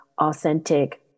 authentic